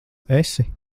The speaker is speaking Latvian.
esi